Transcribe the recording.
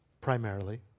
primarily